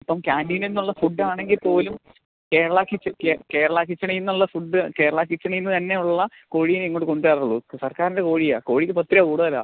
ഇപ്പം കാൻ്റീനിൽ നിന്നുള്ള ഫുഡ് ആണെങ്കിൽ പോലും കേരള കിച്ചൺ കേരള കിച്ചണിൽ നിന്നുള്ള ഫുഡ് കേരള കിച്ചണിൽ നിന്ന് തന്നെ ഉള്ള കോഴിയെ ഇങ്ങോട്ട് കൊണ്ടു വരാറുള്ളൂ സർക്കാരിൻ്റെ കോഴിയാ കോഴിക്ക് പത്ത് രൂപ കൂടുതലാണ്